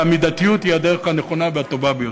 והמידתיות היא הדרך הנכונה והטובה ביותר.